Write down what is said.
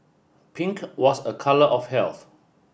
pink was a colour of health